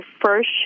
first